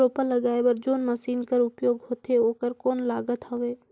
रोपा लगाय बर जोन मशीन कर उपयोग होथे ओकर कौन लागत हवय?